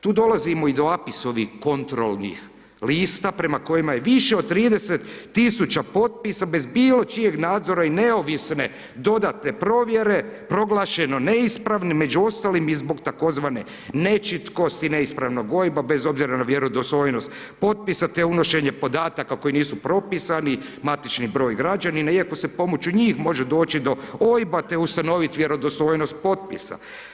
Tu dolazimo i do APIS-ovih kontrolnih lista, prema kojima je više od 30 000 potpisa bez bilo čijeg nadzora i neovisne dodatne provjere proglašeno neispravnim, među ostalim i zbog tzv. nečitkosti neispravnog OIB-a bez obzira na vjerodostojnost potpisa, te unošenje podataka koji nisu propisani, matični broj građanina iako se pomoću njih može doći do OIB-a, te ustanovit vjerodostojnost potpisa.